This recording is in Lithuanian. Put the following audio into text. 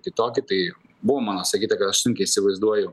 kitokį tai buvo mano sakyta kad aš sunkiai įsivaizduoju